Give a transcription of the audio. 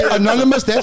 anonymous